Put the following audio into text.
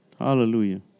Hallelujah